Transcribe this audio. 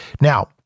now